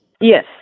Yes